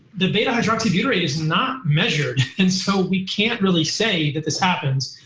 the beta-hydroxybutyrate is not measured, and so we can't really say that this happens.